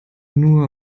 nur